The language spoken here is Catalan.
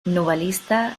novel·lista